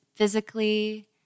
Physically